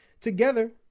together